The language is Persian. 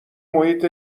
محیط